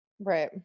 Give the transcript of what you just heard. Right